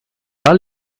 ahal